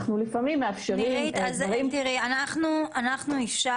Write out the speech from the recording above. אנחנו לפעמים מאפשרים -- אנחנו אפשרנו